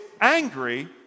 angry